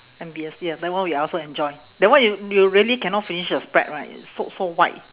M_B_S ya that one we also enjoy that one you you really cannot finish the spread right it's so so wide